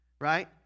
right